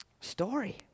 story